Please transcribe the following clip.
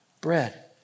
bread